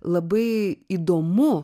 labai įdomu